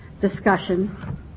discussion